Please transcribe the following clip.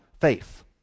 faith